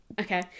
Okay